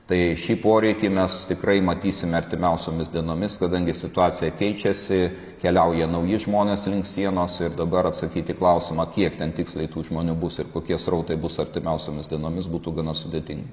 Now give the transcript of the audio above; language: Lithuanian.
tai šį poreikį mes tikrai matysime artimiausiomis dienomis kadangi situacija keičiasi keliauja nauji žmonės link sienos ir dabar atsakyt į klausimą kiek ten tiksliai tų žmonių bus ir kokie srautai bus artimiausiomis dienomis būtų gana sudėtinga